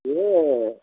ఇది